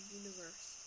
universe